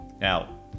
Now